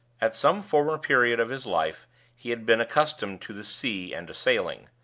at some former period of his life he had been accustomed to the sea and to sailing.